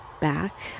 back